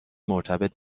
مرتبط